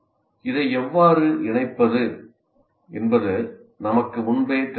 இதை எவ்வாறு இணைப்பது என்பது நமக்கு முன்பே தெரிந்திருந்தது